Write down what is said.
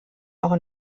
auch